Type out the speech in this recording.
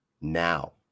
now